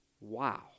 Wow